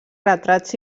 retrats